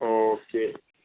okay